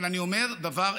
אבל אני אומר דבר אחד: